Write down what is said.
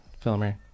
filmer